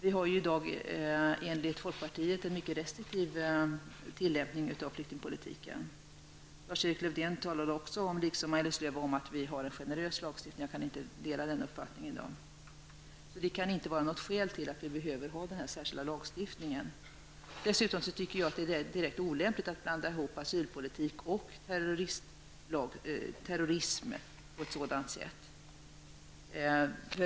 Vi har i dag enligt folkpartiet en mycket restriktiv tillämpning av flyktingpolitiken. Lars-Erik Lövdén liksom Maj-Lis Lööw talade om att vi har en generös lagstiftning. Jag kan i dag inte dela denna uppfattning. Det kan alltså inte vara något skäl till att vi behöver ha denna särskilda lagstiftning. Dessutom tycker jag att det är olämpligt att blanda ihop asylpolitik och terrorism på ett sådant sätt.